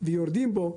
ויורדים בו,